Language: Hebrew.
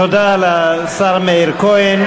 תודה לשר מאיר כהן.